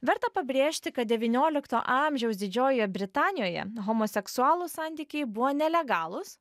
verta pabrėžti kad devyniolikto amžiaus didžiojoje britanijoje homoseksualūs santykiai buvo nelegalūs